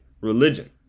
religion